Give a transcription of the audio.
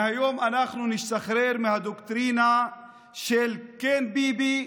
מהיום אנחנו נשתחרר מהדוקטרינה של כן ביבי,